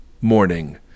Morning